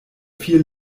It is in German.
viel